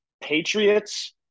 Patriots